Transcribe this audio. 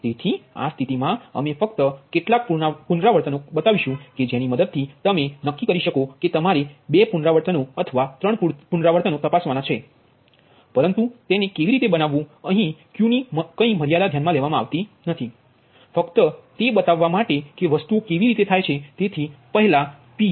તેથી આ સ્થિતિમાં અમે ફક્ત કેટલાક પુનરાવર્તનો બતાવીશું કે જેની મદદ થી તમે નક્કી કરી શકો કે તમારે 2 પુનરાવર્તનો અથવા 3 પુનરાવર્તનો તપાસવા ના છે પરંતુ તેને કેવી રીતે બનાવવુંઅહીં Q ની કંઇ મર્યાદા ધ્યાનમાં લેવામાં આવશે નહીં ફક્ત તે બતાવવા માટે કે વસ્તુઓ કેવી રીતે થાય છે